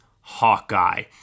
Hawkeye